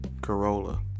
Corolla